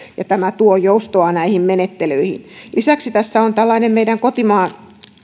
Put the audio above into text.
tämä tuo joustoa näihin menettelyihin lisäksi tässä on tällainen kotimaan